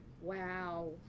Wow